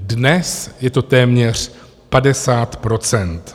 Dnes je to téměř 50 %.